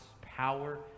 power